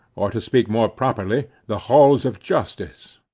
or to speak more properly, the halls of justice.